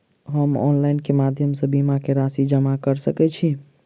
हम ऑनलाइन केँ माध्यम सँ बीमा केँ राशि जमा कऽ सकैत छी?